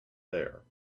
there